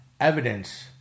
evidence